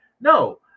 No